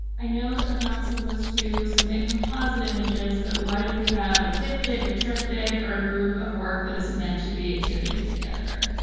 i know that we're not supposed to submit composite images, but what if we have a diptych or triptych or group of work that is is meant to be exhibited together?